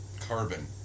carbon